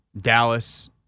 Dallas